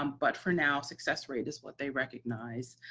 um but for now, success rate is what they recognize.